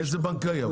איזה בנקאי?